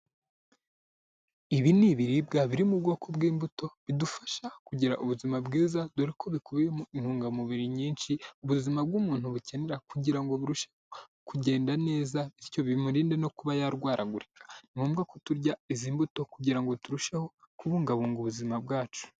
Ibi ni ibiribwa biri mu bwoko bw'imbuto, bidufasha kugira ubuzima bwiza, dore ko bikubiyemo intungamubiri nyinshi ubuzima bw'umuntu bukenera, kugira ngo burusheho kugenda neza, bityo bimurinde no kuba yarwaragurika, ni ngombwa ko turya izi mbuto kugira ngo turusheho kubungabunga ubuzima bwacu.